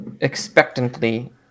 expectantly